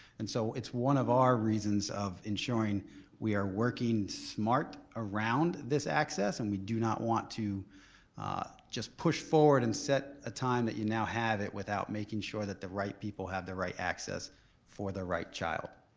and so it's one of our reasons of ensuring we are working smart around this access and we do not want to just push forward and set a time that you now have it without making sure that the right people have the right access for the right child.